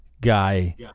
guy